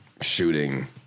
shooting